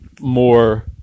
more